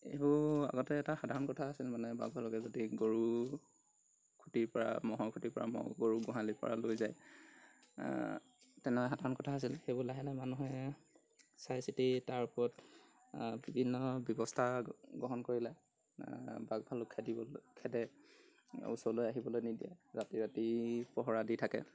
এইবোৰ আগতে এটা সাধাৰণ কথা আছিল মানে বাঘ ভালুকে যদি গৰু খুটিৰ পৰা ম'হৰ খুটিৰ পৰা ম'হ গৰু গোহালিৰ পৰা লৈ যায় তেনেকুৱা সাধাৰণ কথা আছিল সেইবোৰ লাহে লাহে মানুহে চাই চিতি তাৰ ওপৰত বিভিন্ন ব্যৱস্থা গ্ৰহণ কৰিলে বাঘ ভালুক খেদিবলৈ খেদে ওচৰলৈ আহিবলৈ নিদিয়ে ৰাতি ৰাতি পহৰা দি থাকে